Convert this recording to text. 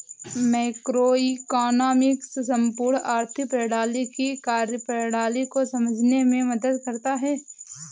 macroeconomics संपूर्ण आर्थिक प्रणाली की कार्यप्रणाली को समझने में मदद करता है